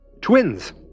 twins